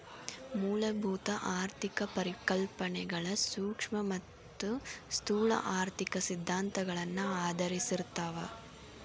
ಮೂಲಭೂತ ಆರ್ಥಿಕ ಪರಿಕಲ್ಪನೆಗಳ ಸೂಕ್ಷ್ಮ ಮತ್ತ ಸ್ಥೂಲ ಆರ್ಥಿಕ ಸಿದ್ಧಾಂತಗಳನ್ನ ಆಧರಿಸಿರ್ತಾವ